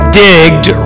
digged